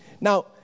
Now